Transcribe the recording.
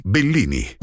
Bellini